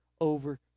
over